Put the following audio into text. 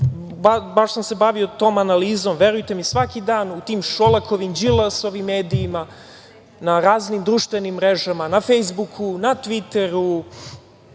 Baš sam se bavio tom analizom, verujte mi, svaki dan u tim Šolakovim, Đilasovim medijima, na raznim društvenim mrežama, na Fejsbuku, na Tviteru,